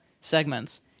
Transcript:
segments